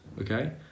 okay